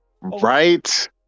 Right